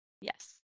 Yes